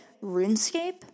RuneScape